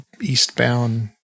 eastbound